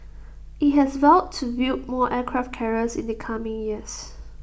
IT has vowed to build more aircraft carriers in the coming years